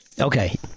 Okay